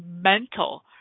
mental